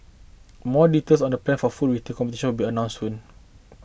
more details on the plans for full retail competition will be announced soon